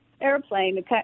airplane